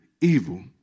evil